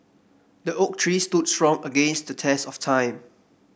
the oak tree stood strong against the test of time